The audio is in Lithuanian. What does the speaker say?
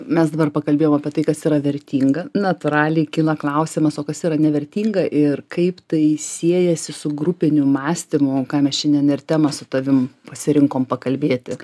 mes dabar pakalbėjom apie tai kas yra vertinga natūraliai kyla klausimas o kas yra nevertinga ir kaip tai siejasi su grupiniu mąstymu ką mes šiandien ir temą su tavim pasirinkom pakalbėti